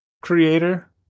creator